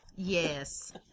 Yes